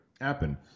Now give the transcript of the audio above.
happen